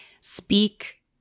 speak